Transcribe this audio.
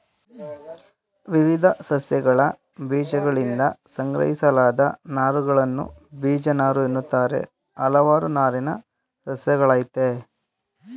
ವಿವಿಧ ಸಸ್ಯಗಳಬೀಜಗಳಿಂದ ಸಂಗ್ರಹಿಸಲಾದ ನಾರುಗಳನ್ನು ಬೀಜನಾರುಎನ್ನುತ್ತಾರೆ ಹಲವಾರು ನಾರಿನ ಸಸ್ಯಗಳಯ್ತೆ